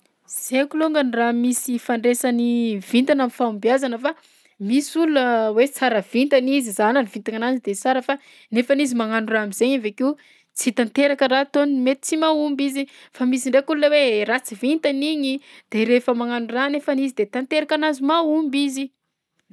Sy haiko longany raha misy ifandraisan'ny vintana am'fahombiazana fa misy olona hoe tsara vintana izy zahana ny vintagnananjy de sara fa nefany izy magnano raha am'zainy avy akeo tsy tanteraka raha ataony, mety tsy mahomby izy; fa misy ndraiky olona hoe ratsy vintana igny de rehefa magnano raha nefany izy de tanterakananzy mahomby izy.